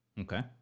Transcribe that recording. okay